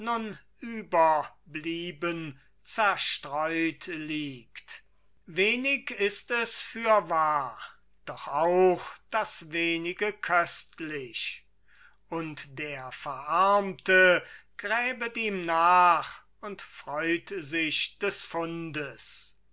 überblieben zerstreut liegt wenig ist es fürwahr doch auch das wenige köstlich und der verarmte gräbet ihm nach und freut sich des fundes